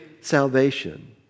salvation